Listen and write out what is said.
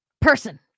person